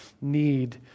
need